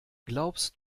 glaubst